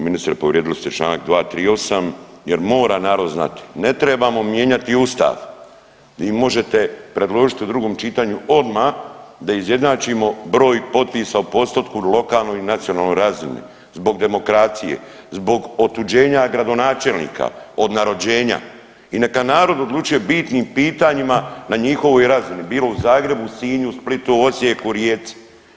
Ministre povrijedili ste Članak 238. jer mora narod znati ne trebamo mijenjati Ustav, vi možete predložiti u drugom čitanju odmah da izjednačimo broj potpisa u postotku, lokalnu i nacionalnu razinu zbog demokracije, zbog otuđenja gradonačelnika, od narođenja i neka narod odlučuje o bitnim pitanjima na njihovoj razini bilo u Zagrebu, Sinju, Splitu, Osijeku, Rijeci.